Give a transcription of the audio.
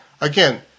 Again